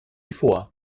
vor